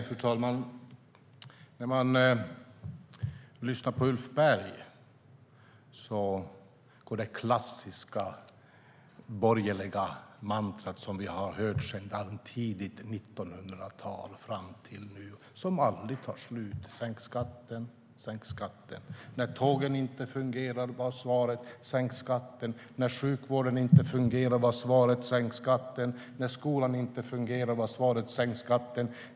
Fru talman! När man lyssnar på Ulf Berg hör man det klassiska borgerliga mantrat: Sänk skatten, sänk skatten! Vi har hört det sedan tidigt 1900-tal fram till nu. Det tar aldrig slut. När tågen inte fungerade var svaret: Sänk skatten! När sjukvården inte fungerade var svaret: Sänk skatten! När skolan inte fungerade var svaret: Sänk skatten!